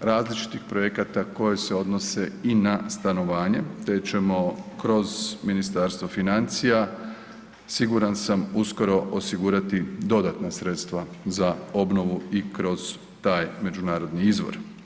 različitih projekata koji se odnose i na stanovanje te ćemo kroz Ministarstvo financija, siguran sam, uskoro osigurati dodatna sredstva za obnovu i kroz taj međunarodni izvor.